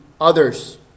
others